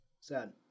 Sad